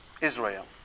Israel